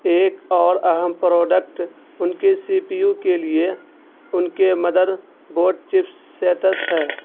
ایک اور اہم پروڈکٹ ان کے سی پی یو کے لیے ان کے مدر بورڈ چپ سیٹس ہے